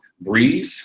Breathe